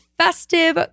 festive